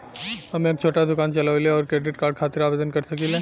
हम एक छोटा दुकान चलवइले और क्रेडिट कार्ड खातिर आवेदन कर सकिले?